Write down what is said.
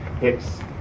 hips